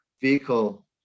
vehicle